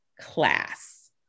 class